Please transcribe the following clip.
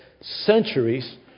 centuries